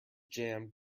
jammed